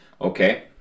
Okay